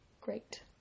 great